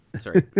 Sorry